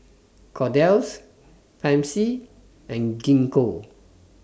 Kordel's Pansy and Gingko